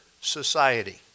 society